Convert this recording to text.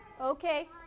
okay